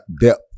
depth